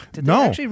no